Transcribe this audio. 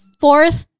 fourth